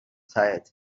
tired